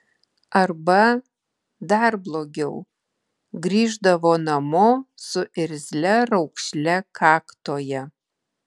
arba dar blogiau grįždavo namo su irzlia raukšle kaktoje